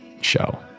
show